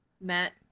Matt